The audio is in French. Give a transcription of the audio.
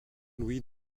louis